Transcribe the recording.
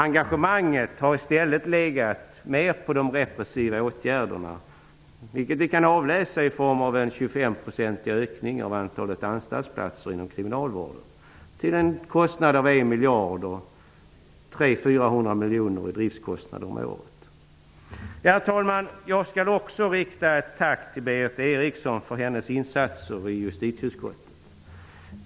Engagemanget har i stället mer legat på de repressiva åtgärderna, vilket vi kan avläsa i form av en 25-procentig ökning av antalet anstaltsplatser inom kriminalvården till en kostnad av 1 miljard, 300--400 miljoner i driftskostnader om året. Herr talman! Jag skall också rikta ett tack till Berith Eriksson för hennes insatser i justitieutskottet.